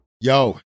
Yo